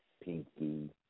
pinky